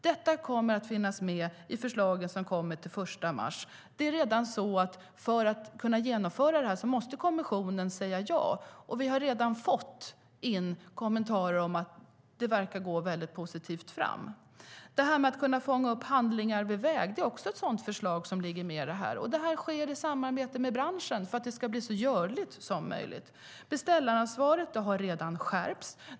Detta kommer att finnas med i förslagen som kommer till den 1 mars. För att vi ska kunna genomföra detta måste kommissionen säga ja. Vi har redan fått in kommentarer om att det går framåt väldigt positivt. Att kunna fånga upp handlingar vid väg är också ett sådant förslag som ligger med. Det sker i samarbete med branschen för att det ska bli så görligt som möjligt. Beställaransvaret har redan skärpts.